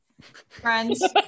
Friends